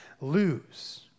lose